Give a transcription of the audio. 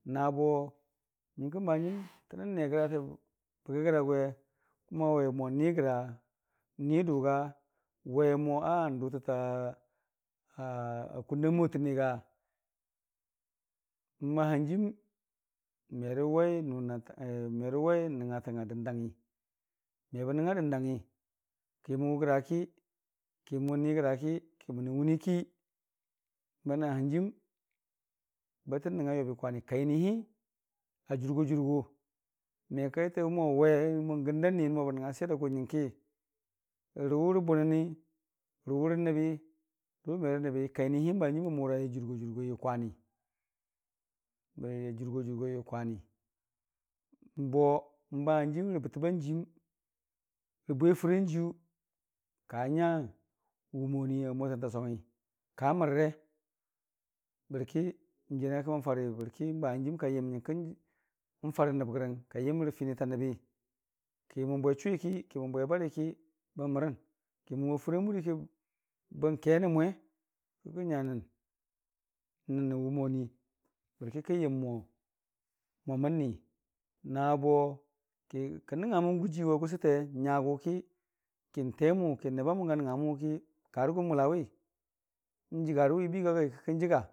nabo nəngkəng hənjiim tənən negrate bəgai gəra gwe kəmo we mo n'nigra n'nidʊga wemo n'dʊtəta aa kunda motəniiga n'bahanjiim merə wai nəngngatang a dəndangngi mebə nəngnga dəndangngi, ki mən wʊgra ki kimən nigraki, ki mənən wʊniki bananhanjiim bətə nəngnga yobi kwani. kainihi a jurgoyurgo me kaikə mo n'we n'gənda niyən mobə nəngnga swer agʊ nyənki rəwʊra bʊnəni, rəwʊrə nəbi rə wʊmerə nəbi kainilii bənjiim bə mʊra a jurgo jurgoi yə kwani a jurgo jurhoi yə kwani a jurgo jurgoi yə kwani. Bo hanjiim rə bərəm banjiim rə bwe fərii anjiiyu kaanya wumonii a mwatənta songngi, kan mərre bərki jiiya nəngnga kimən fari bəki n'bahanjiim kayəm nyənkən fərə nəb gərang ka yəmrə finita nəbi ki mən bwe chʊwiki, ki mən bwe bari, ki bən mərən, mʊa fɨra muriiki bən ke na n'mwe kikən nya n'nən nə wʊmo wumoni bərki kən yəmmo momən ni. Nabo kən kən nəngngamən gujiiiwa gʊsəte nyagʊki, ki n'temʊ kən nəba mʊm a nəngnga mʊwʊki karəgʊ n'mʊlawi n'jəgarəwi bən yəgii agaiki kən jəga.